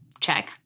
Check